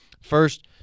First